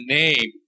name